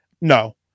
No